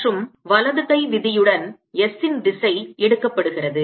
மற்றும் வலது கை விதியுடன் s ன் திசை எடுக்கப்படுகிறது